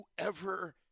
whoever